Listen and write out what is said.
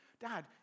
Dad